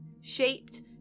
shaped